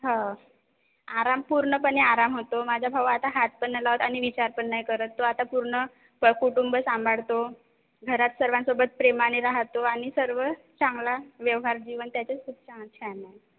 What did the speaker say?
हो आराम पूर्णपणे आराम होतो माझा भाऊ आता हात पण नाही लावत आणि विचार पण नाही करत तो आता पूर्ण कुटुंब सांभाळतो घरात सर्वांसोबत प्रेमाने राहतो आणि सर्व चांगला व्यवहार जीवन त्याचे खूप छान छान आहे